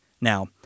Now